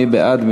מי בעד?